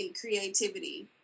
creativity